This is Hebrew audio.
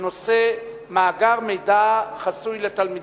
בנושא: מאגר מידע חסוי על תלמידים.